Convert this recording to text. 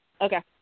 Okay